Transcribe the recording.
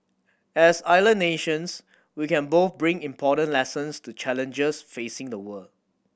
as island nations we can both bring important lessons to challenges facing the world